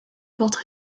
fortes